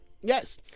Yes